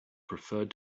preferred